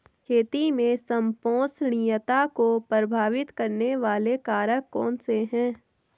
खेती में संपोषणीयता को प्रभावित करने वाले कारक कौन से हैं?